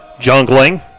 Jungling